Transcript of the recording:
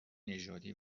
نژادی